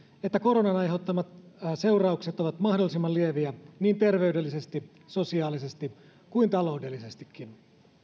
että koronan aiheuttamat seuraukset ovat mahdollisimman lieviä niin terveydellisesti sosiaalisesti kuin taloudellisestikin